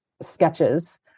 sketches